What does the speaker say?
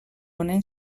honen